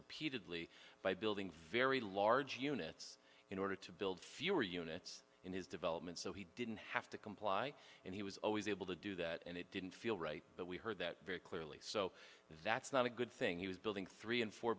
repeatedly by building very large units in order to build fewer units in his development so he didn't have to comply and he was always able to do that and it didn't feel right but we heard that very clearly so that's not a good thing he was building three and four